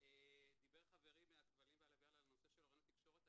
דיבר חברי מהכבלים והלוויין על נושא של אוריינות תקשורת.